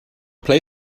play